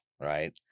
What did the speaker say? right